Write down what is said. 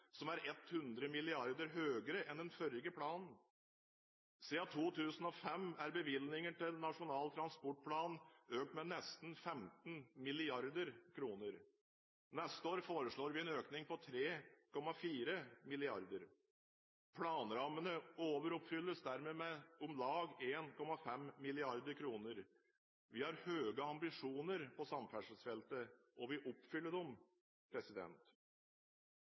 som er 100 mrd. kr høyere enn den forrige planen. Siden 2005 er bevilgningene til Nasjonal transportplan økt med nesten 15 mrd. kr. For neste år foreslår vi en økning på 3,4 mrd. kr. Planrammene overoppfylles dermed med om lag 1,5 mrd. kr. Vi har høye ambisjoner på samferdselsfeltet, og vi oppfyller dem.